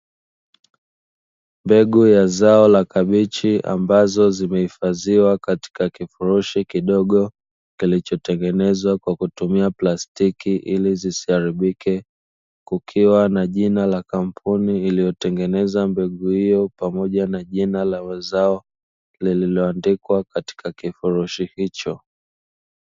Mbegu ya zao la kabechi ambazo zimehifadhiwa katika kifurushi kidogo kilichotengenezwa kwa kutumia plastiki ili zisiharibike, kukiwa na jina la kampuni iliyotengeneza mbegu hiyo pamoja na jina la mazao lililoandikwa katika kifurushi hicho.